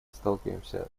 сталкиваемся